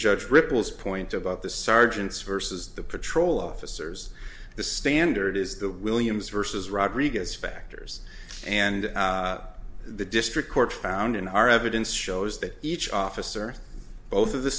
judge ripples point about the sergeants versus the patrol officers the standard is the williams versus rodriguez factors and the district court found in our evidence shows that each officer both of the